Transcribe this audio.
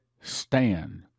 Stand